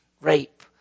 rape